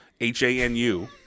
H-A-N-U